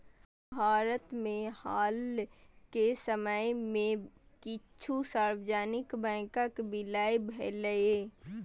भारत मे हाल के समय मे किछु सार्वजनिक बैंकक विलय भेलैए